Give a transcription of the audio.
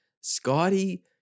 Scotty